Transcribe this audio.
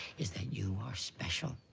is that you are special.